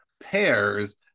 pairs